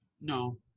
No